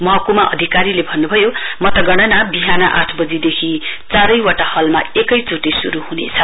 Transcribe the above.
महकुमा अधिकारीले भन्नुभयो मतगणना विहान आठ वजीदेखि चारैवटा हलमा एकैचोटि शुरु हुनेछ